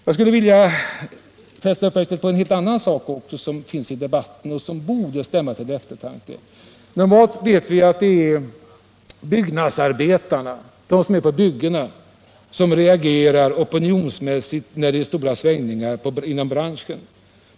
Jag skulle vilja fästa uppmärksamheten på en helt annan sak som förekommer i debatten och som borde stämma till eftertanke. Vi vet att det normalt är byggnadsarbetarna — de som arbetar på byggena — som reagerar opinionsmässigt när det är stora svängningar inom branschen.